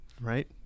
right